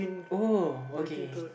uh okay okay